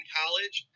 college